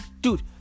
Dude